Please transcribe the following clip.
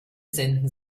senden